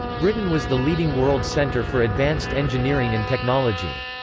britain was the leading world centre for advanced engineering and technology.